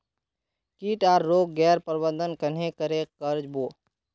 किट आर रोग गैर प्रबंधन कन्हे करे कर बो?